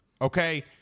okay